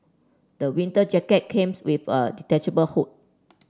the winter jacket came with a detachable hood